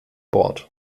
bord